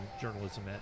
journalism